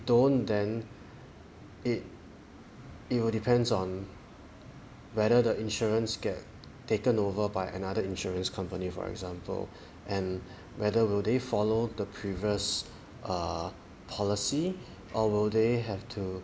don't then it it will depends on whether the insurance get taken over by another insurance company for example and whether will they follow the previous err policy or will they have to